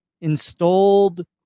installed